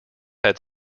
had